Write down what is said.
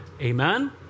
Amen